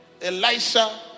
Elisha